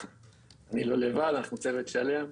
אני לא לבד, אנחנו צוות שלם.